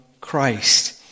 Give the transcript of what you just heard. Christ